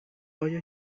آیا